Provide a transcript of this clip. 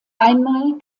einmal